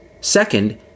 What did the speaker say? Second